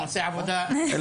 היתה,